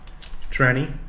Tranny